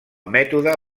mètode